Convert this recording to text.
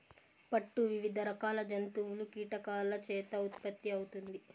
పట్టు వివిధ రకాల జంతువులు, కీటకాల చేత ఉత్పత్తి అవుతుంది